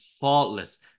faultless